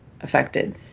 affected